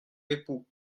époux